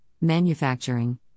manufacturing